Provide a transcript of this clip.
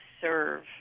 serve